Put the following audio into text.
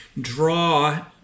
draw